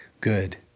good